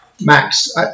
Max